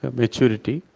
maturity